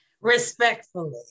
Respectfully